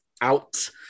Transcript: out